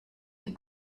die